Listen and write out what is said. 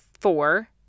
four